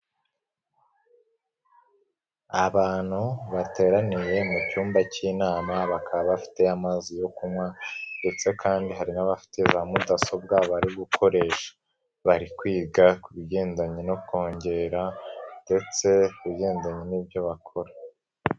Abantu bateraniye mu cyumba cy'inama bakaba bafite amazi yo kunywa ndetse kandi hari n'abafite za mudasobwa bari gukoresha bari kwiga ku bigendanye no kongera ndetse bigendanye n'ibyo bakora.